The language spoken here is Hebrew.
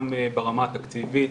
גם ברמה התקציבית,